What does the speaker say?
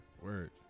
Word